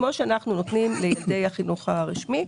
כמו שאנחנו נותנים לילדי החינוך הרשמי.